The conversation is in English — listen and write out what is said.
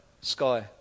sky